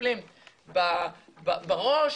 מטפלים בראש?